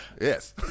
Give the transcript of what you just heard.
yes